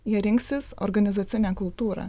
jie rinksis organizacinę kultūrą